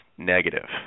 negative